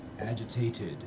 Agitated